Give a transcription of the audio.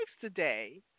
today